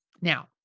Now